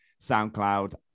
SoundCloud